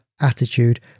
attitude